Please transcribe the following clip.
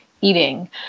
eating